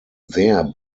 wer